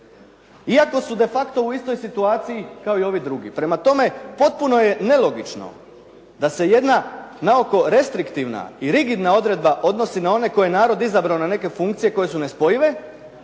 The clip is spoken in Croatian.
Iako su de facto u istoj situaciji kao i ovi drugi. Prema tome, potpuno je nelogično da se jedna naoko restriktivna i rigidna odredba odnosi na one koje je narod izabrao na neke funkcije koje su nespojive,